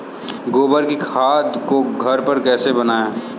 गोबर की खाद को घर पर कैसे बनाएँ?